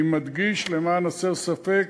אני מדגיש, למען הסר ספק,